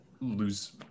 lose